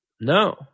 No